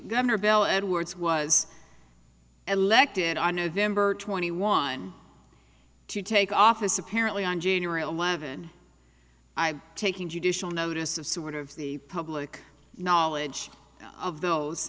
governor bill edwards was elected on november twenty one to take office apparently on january eleventh i'm taking judicial notice of sort of the public knowledge of those